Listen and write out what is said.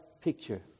picture